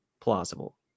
plausible